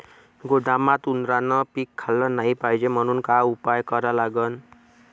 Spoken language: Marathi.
गोदामात उंदरायनं पीक खाल्लं नाही पायजे म्हनून का उपाय करा लागन?